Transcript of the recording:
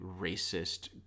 racist